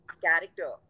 character